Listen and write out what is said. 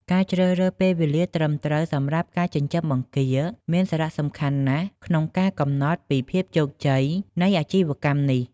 ការជ្រើសរើសពេលវេលាត្រឹមត្រូវសម្រាប់ការចិញ្ចឹមបង្គាមានសារៈសំខាន់ណាស់ក្នុងការកំណត់ពីភាពជោគជ័យនៃអាជីវកម្មនេះ។